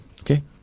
Okay